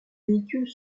véhicules